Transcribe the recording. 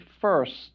first